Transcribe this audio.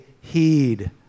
heed